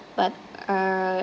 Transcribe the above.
but uh